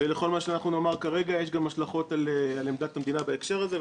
ולכל מה שנאמר כרגע יש גם השלכות על עמדת המדינה בהקשר הזה,